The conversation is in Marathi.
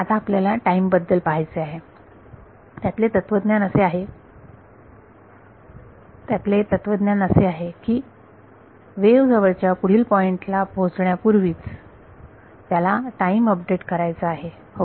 आता आपल्याला टाइम बद्दल पाहायचे आहे त्यातले तत्वज्ञान असे आहे की वेव्ह जवळच्या पुढील पॉइंट ला पोहोचण्यापूर्वीच त्याला टाइम अपडेट करायचा आहे ओके